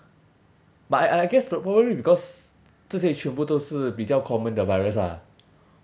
but I I I guess probably because 这些全部都是 common 的 virus ah